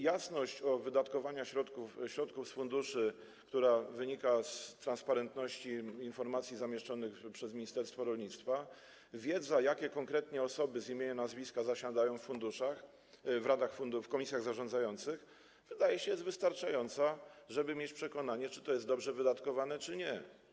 Jasność wydatkowania środków z funduszy, która wynika z transparentności informacji zamieszczonych przez ministerstwo rolnictwa, wiedza, jakie konkretnie osoby, z imienia i nazwiska, zasiadają w funduszach, w komisjach zarządzających, wydaje się, jest wystarczająca, żeby mieć przekonanie, czy to jest dobrze wydatkowane, czy nie.